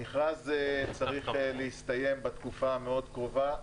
המכרז צריך להסתיים בתקופה המאוד קרובה.